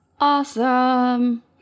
Awesome